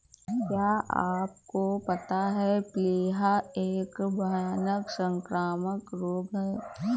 क्या आपको पता है प्लीहा एक भयानक संक्रामक रोग है?